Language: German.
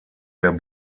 der